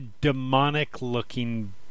demonic-looking